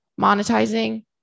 monetizing